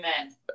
Amen